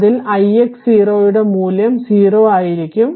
അതിൽ ix0 യുടെ മൂല്യം 0 ആയിരിക്കും